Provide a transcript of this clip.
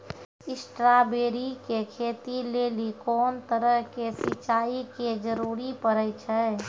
Strawberry के खेती लेली कोंन तरह के सिंचाई के जरूरी पड़े छै?